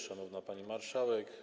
Szanowna Pani Marszałek!